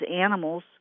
animals